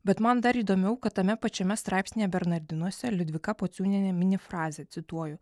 bet man dar įdomiau kad tame pačiame straipsnyje bernardinuose liudvika pociūnienė mini frazę cituoju